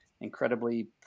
incredibly